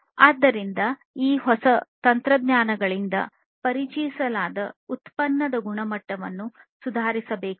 ಆದ್ದರಿಂದ ಈ ಹೊಸ ತಂತ್ರಜ್ಞಾನಗಳಿಂದ ಪರಿಚಯಿಸಿದ ಉತ್ಪನ್ನದ ಗುಣಮಟ್ಟವನ್ನು ಸುಧಾರಿಸಬೇಕು